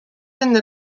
enne